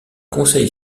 conseil